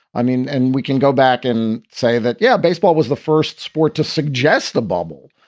i mean, and we can go back and say that, yeah, baseball was the first sport to suggest a bubble.